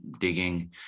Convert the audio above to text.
digging